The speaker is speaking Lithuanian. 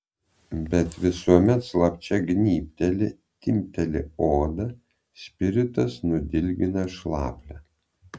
bet visuomet slapčia gnybteli timpteli odą spiritas nudilgina šlaplę